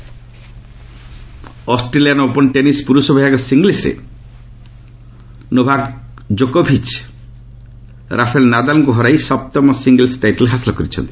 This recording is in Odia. Australian open Australian open tennis ପୁରୁଷ ବିଭାଗ ସିଙ୍ଗଲ୍ବରେ ନୋଭାକ୍ ଜୋକୋଭିଚ୍ ରାଫେଲ୍ ନାଦାଲଙ୍କୁ ହରାଇ ସପ୍ତମ ସିଙ୍ଗଲ୍ୱ ଟାଇଟଲ ହାସଲ କରିଛନ୍ତି